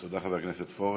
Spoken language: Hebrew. תודה, חבר הכנסת פורר.